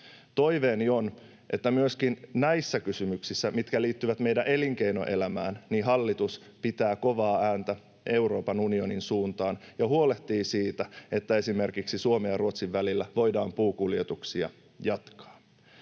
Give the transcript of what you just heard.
Toiveeni on, että myöskin näissä kysymyksissä, mitkä liittyvät meidän elinkeinoelämään, hallitus pitää kovaa ääntä Euroopan unionin suuntaan ja huolehtii siitä, että esimerkiksi Suomen ja Ruotsin välillä voidaan jatkaa puukuljetuksia.